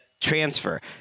transfer